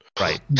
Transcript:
right